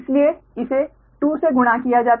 इसलिए इसे 2 से गुणा किया जाएगा